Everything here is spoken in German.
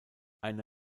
eine